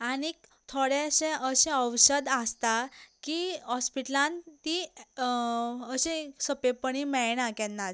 आनी थोडेशें अशें औशद आसता की हॉस्पिटलांत ती सोंपेपणी मेळणा केन्ना